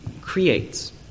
creates